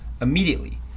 immediately